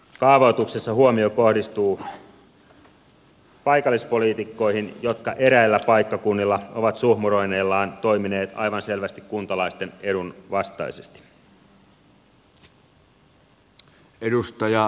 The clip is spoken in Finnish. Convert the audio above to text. kaavoituksessa huomio kohdistuu paikallispoliitikkoihin jotka eräillä paikkakunnilla ovat suhmuroinneillaan toimineet aivan selvästi kuntalaisten edun vastaisesti